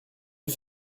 est